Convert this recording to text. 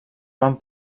van